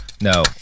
no